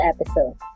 episode